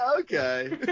okay